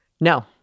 No